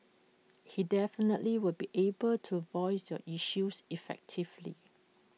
he definitely will be able to voice your issues effectively